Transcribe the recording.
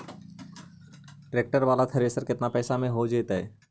Tractor बाला thresher केतना पैसा में हो जैतै?